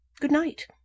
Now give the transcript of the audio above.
good-night